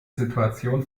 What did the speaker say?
situation